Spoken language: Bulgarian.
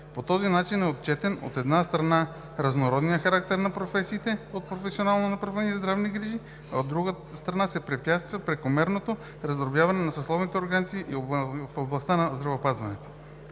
По този начин е отчетен, от една страна, разнородният характер на професиите от професионално направление „Здравни грижи“, а от друга страна, се препятства прекомерното раздробяване на съсловните организации в областта на здравеопазването.